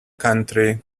country